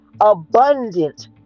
abundant